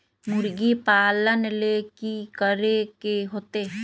मुर्गी पालन ले कि करे के होतै?